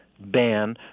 ban